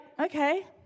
okay